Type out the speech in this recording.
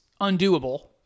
undoable